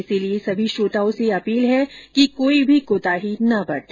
इसलिए सभी श्रोताओं से अपील है कि कोई भी कोताही न बरते